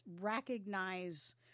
recognize